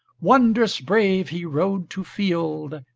wondrous brave he rode to field.